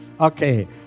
Okay